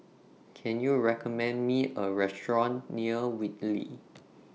Can YOU recommend Me A Restaurant near Whitley